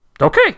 Okay